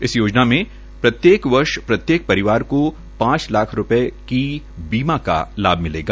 इस योजना में प्रत्येक वर्ष परिवार को पांच लाख रूपये की सीमा का लाभ मिलेगा